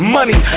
Money